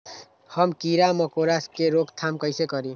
हम किरा मकोरा के रोक थाम कईसे करी?